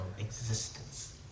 existence